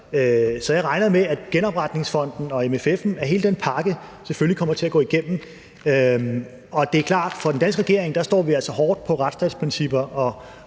Så jeg regner med, at genopretningsfonden og MFF'en og hele den pakke selvfølgelig kommer til at gå igennem. Og det er klart, at fra den danske regerings side står vi altså hårdt på retsstatsprincipper,